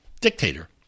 dictator